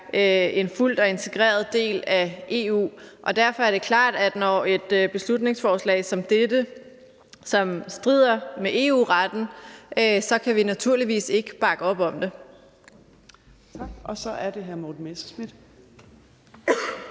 en fuldt integreret del af EU. Og derfor er det klart, at når et beslutningsforslag som dette strider med EU-retten, kan vi naturligvis ikke bakke op om det. Kl. 15:06 Fjerde